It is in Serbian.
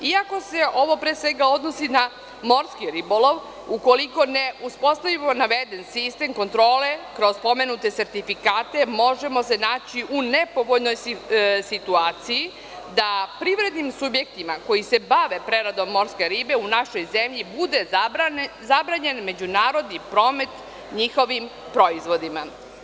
Iako se ovo pre svega odnosi na morski ribolov, ukoliko ne uspostavimo naveden sistem kontrole kroz pomenute sertifikate, možemo se naći u nepovoljnoj situaciji da privrednim subjektima koji se bave preradom morske ribe u našoj zemlji bude zabranjen međunarodni promet njihovim proizvodima.